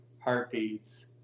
heartbeats